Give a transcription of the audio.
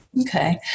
Okay